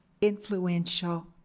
influential